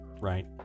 Right